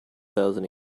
thousand